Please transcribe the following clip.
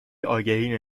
آگهی